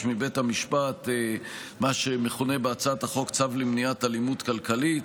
מבית המשפט מה שמכונה בהצעת החוק "צו למניעת אלימות כלכלית",